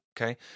okay